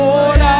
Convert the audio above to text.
Lord